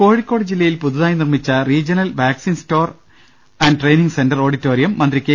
കോഴിക്കോട് ജില്ലയിൽ പുതുതായി നിർമ്മിച്ചറീജിയണൽ vaccine store and training centre auditorium മന്ത്രി കെ